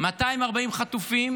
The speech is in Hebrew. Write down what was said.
240 חטופים